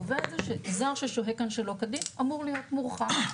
קובע שזר ששוהה כאן שלא כדין אמור להיות מורחק.